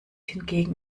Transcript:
hingegen